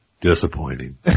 Disappointing